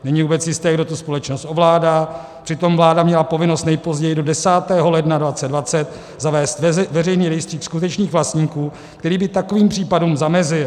Není vůbec jisté, kdo tu společnost ovládá, přitom vláda měla povinnost nejpozději do 10. ledna 2020 zavést veřejný rejstřík skutečných vlastníků, který by takovým případům zamezil.